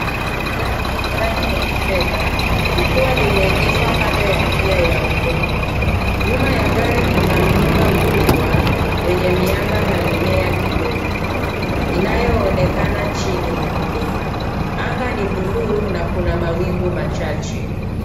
Gari lenye rangi ya fedha likiwa limeegeshwa kando ya njia ya udongo. Nyuma ya gari kuna mlima mkubwa wenye miamba na mimea kidogo inayoonekana chini ya mlima. Anga ni bluu na kuna mawingu machache.